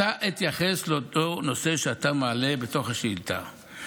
עתה אתייחס לאותו נושא שאתה מעלה בתוך השאילתה,